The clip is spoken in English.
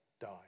die